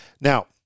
Now